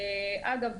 אגב,